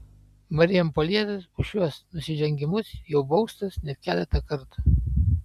marijampolietis už šiuos nusižengimus jau baustas net keletą kartų